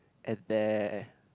at their